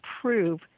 prove